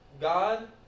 God